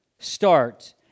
start